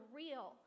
real